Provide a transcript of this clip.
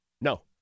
No